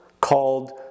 called